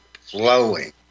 flowing